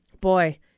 boy